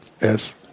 Yes